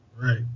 Right